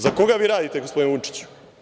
Za koga vi radite gospodine Vučiću?